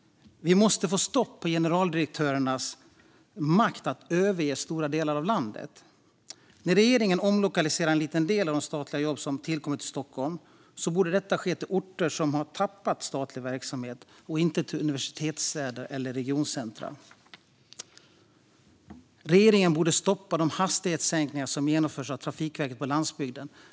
Vi måste få stopp på generaldirektörernas makt att överge stora delar av landet. När regeringen omlokaliserar en liten del av de statliga jobb som har tillkommit i Stockholm borde detta ske till orter som har tappat statlig verksamhet och inte till universitetsstäder och regioncenter. Regeringen borde stoppa de hastighetssänkningar som genomförs av Trafikverket på landsbygden.